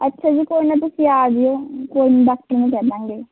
ਅੱਛਾ ਜੀ ਕੋਈ ਨਾ ਤੁਸੀਂ ਆ ਜਿਓ ਕੋਈ ਨਹੀਂ ਡਾਕਟਰ ਨੂੰ ਕਹਿ ਦਾਂਗੇ